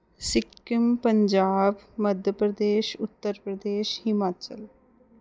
Sikkim Punjab Madhya Pradesh Uttar Pradesh Himachal